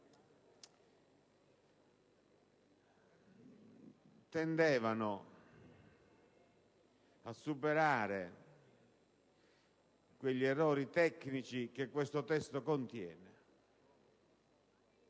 tendevano a superare quegli errori tecnici che questo testo contiene.